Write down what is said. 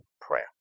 prayer